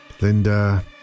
Linda